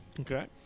Okay